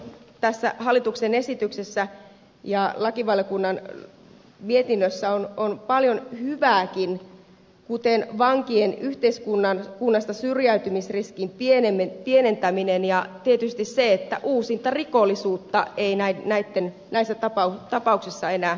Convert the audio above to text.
tässä hallituksen esityksessä ja lakivaliokunnan mietinnössä on paljon hyvääkin kuten vankien yhteiskunnasta syrjäytymisen riskin pienentäminen ja tietysti se että uusintarikollisuutta ei näissä tapauksissa enää tapahtuisi